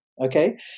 Okay